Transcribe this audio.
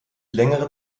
längere